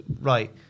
Right